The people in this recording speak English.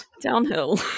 downhill